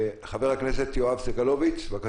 חבר הכנסת יואב סגלוביץ', בבקשה.